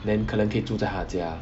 then 可能可以住在他家